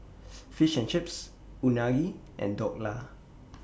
Fish and Chips Unagi and Dhokla